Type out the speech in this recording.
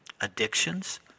addictions